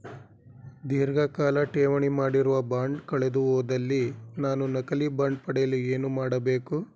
ಧೀರ್ಘಕಾಲ ಠೇವಣಿ ಮಾಡಿರುವ ಬಾಂಡ್ ಕಳೆದುಹೋದಲ್ಲಿ ನಾನು ನಕಲಿ ಬಾಂಡ್ ಪಡೆಯಲು ಏನು ಮಾಡಬೇಕು?